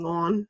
on